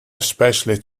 especially